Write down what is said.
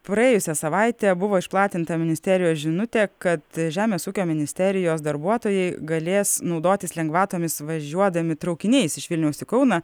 praėjusią savaitę buvo išplatinta ministerijos žinutė kad žemės ūkio ministerijos darbuotojai galės naudotis lengvatomis važiuodami traukiniais iš vilniaus į kauną